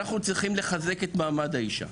אנחנו צריכים לחזק את מעמד האישה.